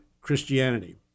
Christianity